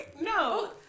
No